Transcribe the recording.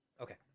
okay